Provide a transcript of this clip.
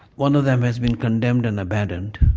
one of them has been condemned and abandoned.